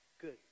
Good